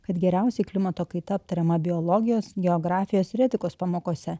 kad geriausiai klimato kaita aptariama biologijos geografijos ir etikos pamokose